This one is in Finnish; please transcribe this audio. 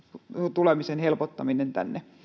tulemisen helpottaminen tänne